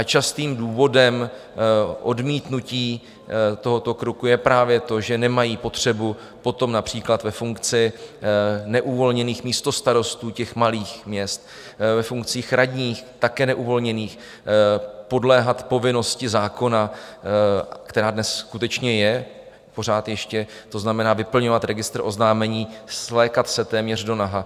Častým důvodem odmítnutí tohoto kroku je právě to, že nemají potřebu potom například ve funkci neuvolněných místostarostů malých měst, ve funkcích radních, také neuvolněných, podléhat povinnosti zákona, která dnes skutečně pořád ještě je to znamená, vyplňovat registr oznámení, svlékat se téměř donaha.